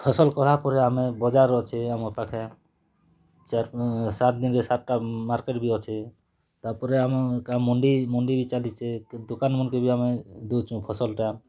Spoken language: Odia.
ଫସଲ କଲା ପରେ ଆମେ ବଜାର ଅଛି ଆମ ପାଖେ ସାତ୍ ଦିନ୍ରେ ସାତ୍ଟା ମାର୍କେଟ୍ବି ଅଛେ ତା'ପରେ ଆମ ଗାଁ ମଣ୍ଡି ମଣ୍ଡି ବି ଚାଲିଛେ କେନ୍ ଦୋକାନ ମାନେ ବି ଆମେ ଦୋଉଛୁ ଫସଲ ଟା